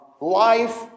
life